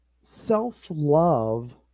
self-love